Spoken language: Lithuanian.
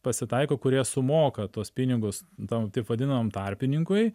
pasitaiko kurie sumoka tuos pinigus tam taip vadinamam tarpininkui